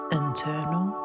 internal